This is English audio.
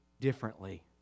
differently